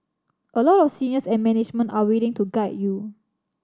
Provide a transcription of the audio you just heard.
a lot of seniors and management are willing to guide you